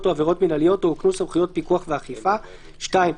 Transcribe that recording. או עבירות מנהליות או הוקנו סמכויות פיקוח ואכיפה"; (2)